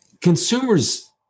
consumers